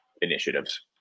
initiatives